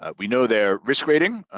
ah we know their risk rating,